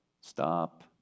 Stop